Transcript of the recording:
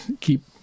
keep